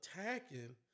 attacking